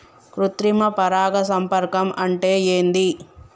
కృత్రిమ పరాగ సంపర్కం అంటే ఏంది?